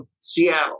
Seattle